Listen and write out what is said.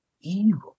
evil